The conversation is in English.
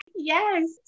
Yes